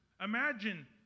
imagine